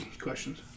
questions